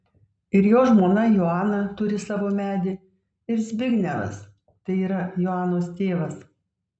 ir jo žmona joana turi savo medį ir zbignevas tai yra joanos tėvas